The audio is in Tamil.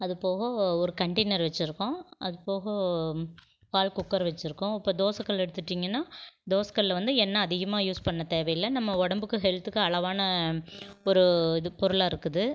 அதுப்போக ஒரு கண்ட்டெய்னர் வெச்சுருக்கோம் அதுப்போக பால் குக்கர் வெச்சுருக்கோம் இப்போ தோசைக்கல் எடுத்துகிட்டீங்கன்னா தோசைக்கல்ல வந்து எண்ணெய் அதிகமாக யூஸ் பண்ண தேவையில்லை நம்ம உடம்புக்கு ஹெல்த்துக்கு அளவான ஒரு இது பொருளாக இருக்குது